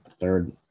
third